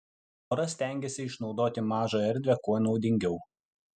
pora stengėsi išnaudoti mažą erdvę kuo naudingiau